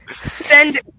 send